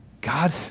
God